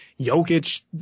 Jokic